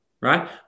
right